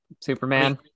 Superman